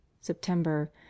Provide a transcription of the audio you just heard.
september